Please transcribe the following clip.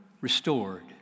restored